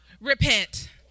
repent